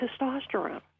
testosterone